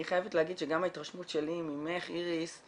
אני חייבת להגיד שגם ההתרשמות שלי ממך, איריס,